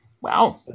Wow